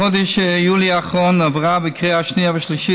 בחודש יולי האחרון עברה בקריאה שנייה ושלישית